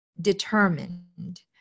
determined